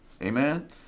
Amen